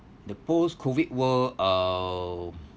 the post-COVID world uh